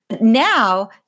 Now